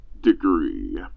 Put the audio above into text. degree